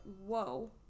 whoa